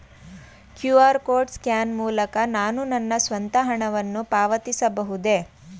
QR code scan ಮೂಲಕ ನಾನು ನನ್ನ ಸ್ವಂತ ಹಣವನ್ನು ಪಾವತಿಸಬಹುದೇ?